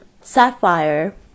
Sapphire